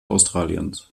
australiens